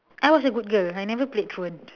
I was a good girl I never played truant